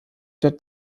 der